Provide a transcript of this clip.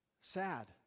Sad